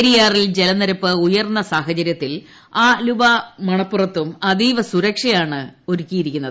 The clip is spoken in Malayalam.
പെരിയാറിൽ ജലനിരപ്പ് ഉയർന്ന സാഹചര്യത്തിൽ ആലുവ മണപ്പുറത്തും അതീവ സുരക്ഷയാണ് ഒരുക്കിയിരിക്കുന്നത്